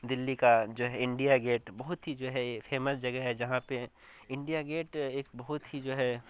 دلی کا جو ہے انڈیا گیٹ بہت ہی جو ہے فیمس جگہ ہے جہاں پہ انڈیا گیٹ ایک بہت ہی جو ہے